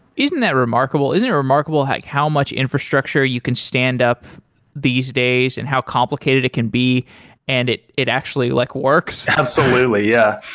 isn't that remarkable? isn't it remarkable how how much infrastructure you can stand up these days and how complicated it can be and it it actually like works? absolutely. yeah.